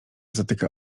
zatyka